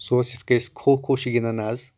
سُہ اوس یِتھ کٔنۍ أسۍ کھو کھو چھ گنٛدان اَز